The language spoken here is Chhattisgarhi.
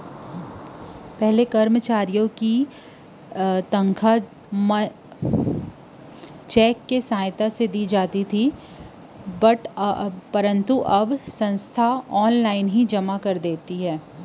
पहिली करमचारी के तनखा मन ल चेक म देवत रिहिस हे अब संस्था ले ही ऑनलाईन जमा कर दे जाथे